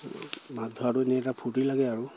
মাছ ধৰাটো এনেই এটা ফূৰ্তি লাগে আৰু